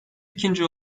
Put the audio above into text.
ikinci